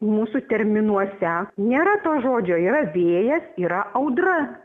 mūsų terminuose nėra to žodžio yra vėjas yra audra